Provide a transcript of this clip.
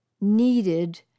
needed